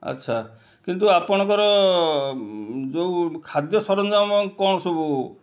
ଆଚ୍ଛା କିନ୍ତୁ ଆପଣଙ୍କର ଯେଉଁ ଖାଦ୍ୟ ସରଞ୍ଜାମ କ'ଣ ସବୁ